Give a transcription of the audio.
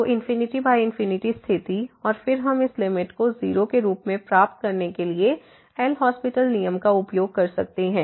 तो स्थिति और फिर हम इस लिमिट को 0 के रूप में प्राप्त करने के लिए एल हास्पिटल LHospital नियम का उपयोग कर सकते हैं